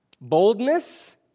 boldness